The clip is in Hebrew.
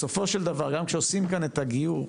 בסופו של דבר, גם כשעושים כאן את הגיור,